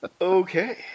Okay